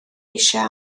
eisiau